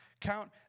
Count